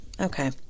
Okay